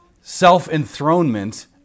self-enthronement